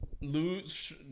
Lose